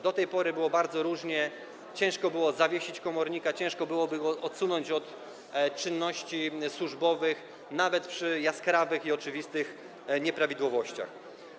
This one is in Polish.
Do tej pory było bardzo różnie, ciężko było zawiesić komornika, ciężko było go odsunąć od czynności służbowych nawet przy jaskrawych i oczywistych nieprawidłowościach.